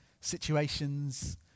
situations